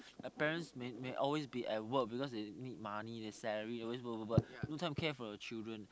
their parents may may always be at work because they need money their salary always work work work no time care for the children